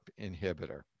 inhibitor